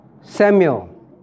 Samuel